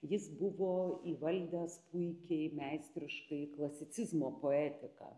jis buvo įvaldęs puikiai meistriškai klasicizmo poetiką